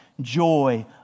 joy